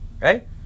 Right